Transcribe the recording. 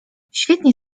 świetnie